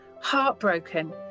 heartbroken